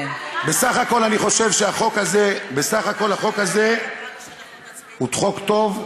בסך הכול אני חושב שהחוק הזה הוא חוק טוב,